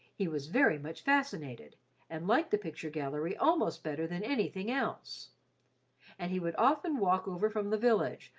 he was very much fascinated and liked the picture gallery almost better than anything else and he would often walk over from the village,